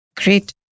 Great